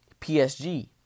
PSG